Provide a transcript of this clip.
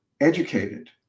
educated